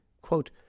Quote